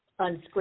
unscripted